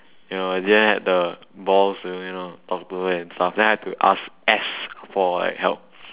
you know I didn't have the balls to you know talk to her and stuff then I have to ask S for like help